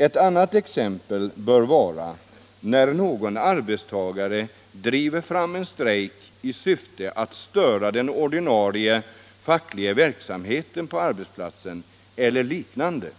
Ett annat exempel bör vara ——=—- när någon arbetstagare driver fram en strejk i syfte att störa den ordinarie fackliga verksamheten på arbetsplatsen och liknande.”